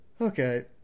okay